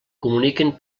comuniquen